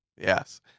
Yes